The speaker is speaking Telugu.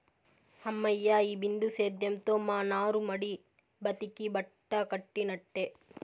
హమ్మయ్య, ఈ బిందు సేద్యంతో మా నారుమడి బతికి బట్టకట్టినట్టే